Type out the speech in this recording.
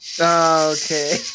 Okay